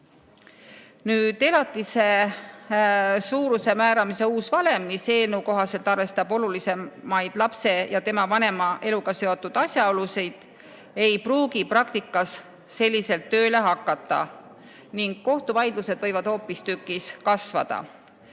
Elatise suuruse määramise uus valem, mis eelnõu kohaselt arvestab olulisemaid lapse ja tema vanema eluga seotud asjaolusid, ei pruugi praktikas selliselt tööle hakata ning kohtuvaidluste arv võib hoopistükkis kasvada.